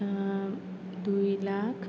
দুই লাখ